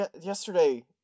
Yesterday